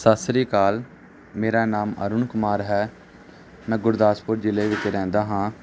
ਸਤਿ ਸ਼੍ਰੀ ਅਕਾਲ ਮੇਰਾ ਨਾਮ ਅਰੁਣ ਕੁਮਾਰ ਹੈ ਮੈਂ ਗੁਰਦਾਸਪੁਰ ਜ਼ਿਲ੍ਹੇ ਵਿੱਚ ਰਹਿੰਦਾ ਹਾਂ